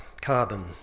carbon